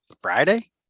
Friday